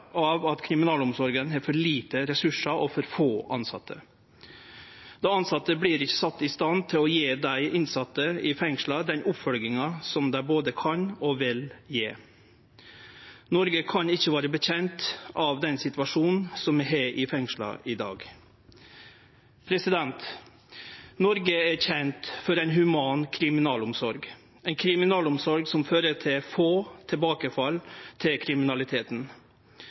av at kriminalomsorga har for lite ressursar og for få tilsette. Dei tilsette vert ikkje sette i stand til å gje dei innsette i fengsla den oppfølginga som dei både kan og vil gje. Noreg kan ikkje vedkjenne seg den situasjonen som vi har i fengsla i dag. Noreg er kjend for ei human kriminalomsorg, ei kriminalomsorg som fører til få tilbakefall til kriminaliteten.